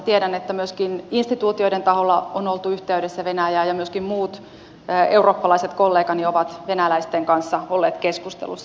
tiedän että myöskin instituutioiden taholla on oltu yhteydessä venäjään ja myöskin muut eurooppalaiset kollegani ovat venäläisten kanssa olleet keskustelussa